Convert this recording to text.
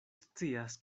scias